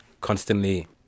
constantly